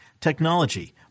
technology